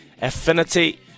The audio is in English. affinity